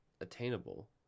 attainable